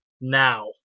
now